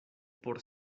por